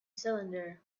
cylinder